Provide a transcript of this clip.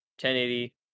1080